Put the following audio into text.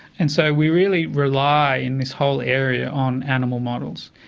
and so we really rely in this whole area on animal models.